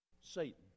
Satan